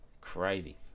Crazy